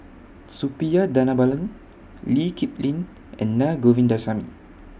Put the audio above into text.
Suppiah Dhanabalan Lee Kip Lin and Na Govindasamy